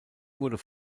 wird